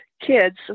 kids